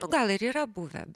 nu gal ir yra buvę